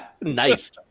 Nice